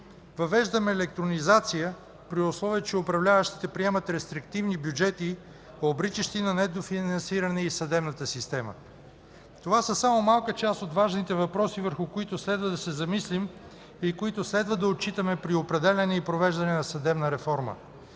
въвеждаме електронизация, при условие че управляващите приемат рестриктивни бюджети, обричащи на недофинансиране и съдебната система? Това са само малка част от важните въпроси, върху които следва да се замислим и които следва да отчитаме при определяне и провеждане на съдебна реформа.